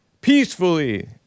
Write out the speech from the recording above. peacefully